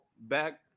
back